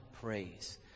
praise